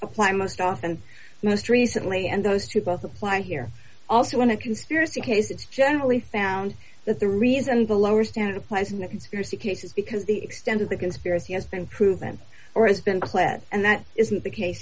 apply most often most recently and those two both apply here also in a conspiracy case it's generally found that the reason the lower standard a pleasant conspiracy case is because the extent of the conspiracy has been proven or has been pled and that isn't the case